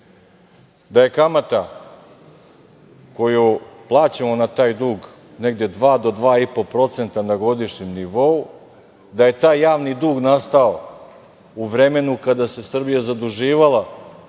da je kamata koju plaćamo na taj dug, negde 2% do 2,5% na godišnjem nivou, da je taj javni dug nastao u vremenu kada se Srbija zaduživala